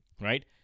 right